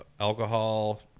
alcohol